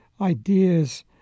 ideas